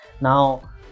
Now